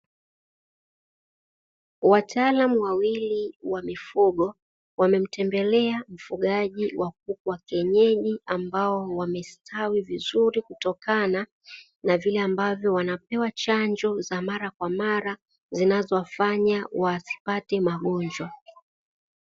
Wataalamu wawili wa mifugo wamemtembelea mfugaji wa kuku wa kienyeji ambao wamestawi vizuri, kutokana na vile ambavyo wanapewa chanjo za mara kwa mara zinazowafanya wasipate magonjwa.